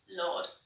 lord